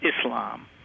islam